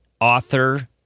author